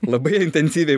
labai intensyviai